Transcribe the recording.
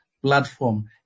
platform